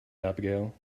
abigail